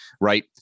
right